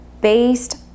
based